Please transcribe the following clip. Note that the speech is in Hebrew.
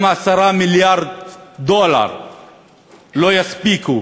גם 10 מיליארד דולר לא יספיקו